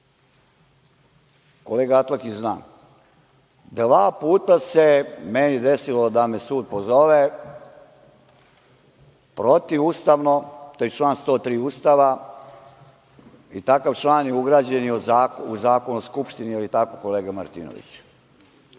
Atlagić zna, dva puta se meni desilo da me sud pozove protivustavno, to je član 103. Ustava i takav član je ugrađen u Zakon o Skupštini, da li je tako kolega Martinoviću?